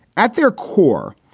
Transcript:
at their core,